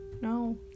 No